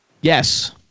Yes